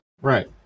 Right